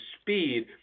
speed –